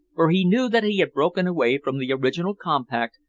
for he knew that he had broken away from the original compact,